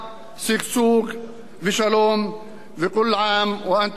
שגשוג ושלום, וכול עאם ואנתום בח'יר.